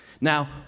Now